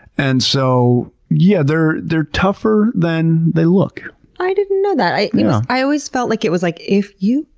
and so yeah, they're they're tougher than they look i didn't know that. i you know i always felt like it was like, if, you,